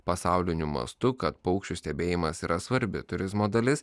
pasauliniu mastu kad paukščių stebėjimas yra svarbi turizmo dalis